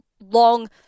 long